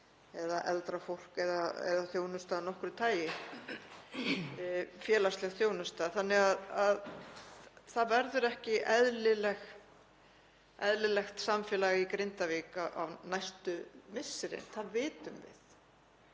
eða eldra fólk eða þjónusta af nokkru tagi, félagsleg þjónusta, þannig að það verður ekki eðlilegt samfélag í Grindavík næstu misserin, það vitum við.